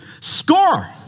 score